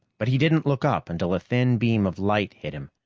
but he didn't look up until a thin beam of light hit him.